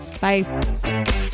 bye